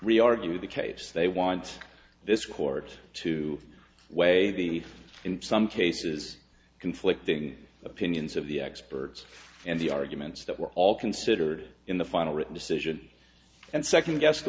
three argue the case they want this court to waive the fees in some cases conflicting opinions of the experts and the arguments that were all considered in the final written decision and second guessing the